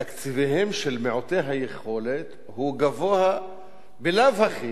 בתקציביהם של מעוטי היכולת הוא גבוה בלאו הכי,